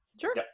Sure